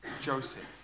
Joseph